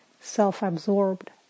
self-absorbed